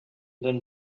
then